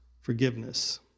forgiveness